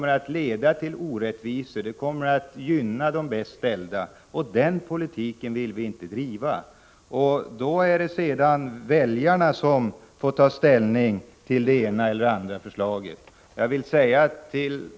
Det skulle leda till orättvisor och gynna de bäst ställda. Sådan politik vill vi inte driva. Sedan är det väljarna som får ta ställning till det ena eller det andra förslaget. Valet visade att systemskifte inte gillades av folket.